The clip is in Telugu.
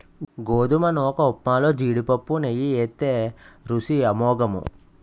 గోధుమ నూకఉప్మాలో జీడిపప్పు నెయ్యి ఏత్తే రుసి అమోఘము